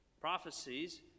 Prophecies